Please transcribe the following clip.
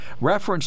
reference